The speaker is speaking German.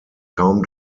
kaum